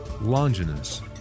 Longinus